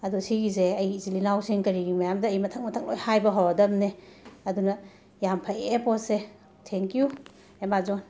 ꯑꯗꯨ ꯁꯤꯒꯤꯁꯦ ꯑꯩ ꯏꯆꯤꯟ ꯏꯅꯥꯎꯁꯤꯡ ꯀꯔꯤꯒꯤ ꯃꯌꯥꯝꯗ ꯑꯩ ꯃꯊꯪ ꯃꯊꯪ ꯂꯣꯏꯅ ꯍꯥꯏꯕ ꯍꯧꯔꯗꯕꯅꯦ ꯑꯗꯨꯅ ꯌꯥꯝꯅ ꯐꯩꯌꯦ ꯄꯣꯠꯁꯦ ꯊꯦꯡꯀ꯭ꯌꯨ ꯑꯦꯃꯥꯖꯣꯟ